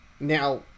Now